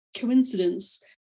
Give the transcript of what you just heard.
coincidence